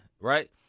right